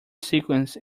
sequence